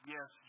Yes